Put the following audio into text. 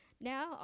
Now